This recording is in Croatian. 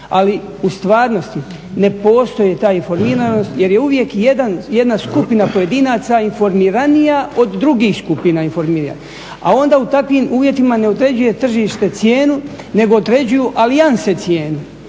Ali u stvarnosti ne postoji ta informiranost jer je uvijek jedna skupina pojedinaca informiranija od drugih skupina, a onda u takvim uvjetima ne određuje tržište cijenu nego određuju alijanse cijenu